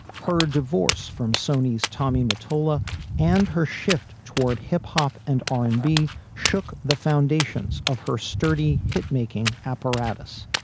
her divorce from sonys, tommy mottola and her shift toward hip hop and r and b shook the foundations of her sturdy hit making apparatus.